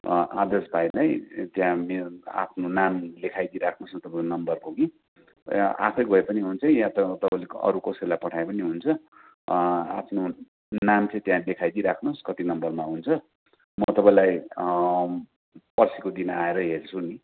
आदर्श भाइलाई त्यहाँ मे आफ्नो नाम लेखाइदिई राख्नुहोस् न तपाईँको नम्बरको कि आफै गयो पनि हुन्छ या त तपाईँले अरू कसैलाई पठायो पनि हुन्छ आफ्नो नाम चाहिँ त्यहाँ लेखाइदिई राख्नुहोस् कति नम्बरमा हुन्छ म तपाईँलाई पर्सिको दिन आएर हेर्छु नि